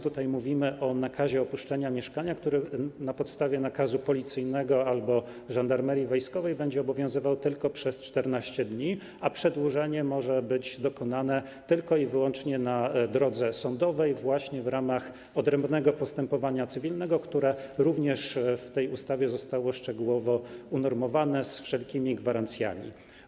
Tutaj mówimy o nakazie opuszczenia mieszkania, który na podstawie nakazu policyjnego albo Żandarmerii Wojskowej będzie obowiązywał tylko przez 14 dni, a przedłużenie może być dokonane tylko i wyłącznie na drodze sądowej, właśnie w ramach odrębnego postępowania cywilnego, które również w tej ustawie zostało szczegółowo unormowane z wszelkimi gwarancjami.